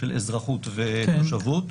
לאזרחי הארץ או תושביה,